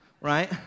right